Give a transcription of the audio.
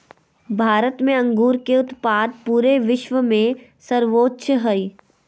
भारत में अंगूर के उत्पाद पूरे विश्व में सर्वोच्च हइ